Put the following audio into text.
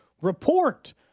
report